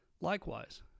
Likewise